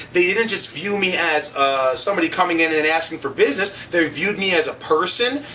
they didn't just view me as somebody coming in in and asking for business. they viewed me as a person.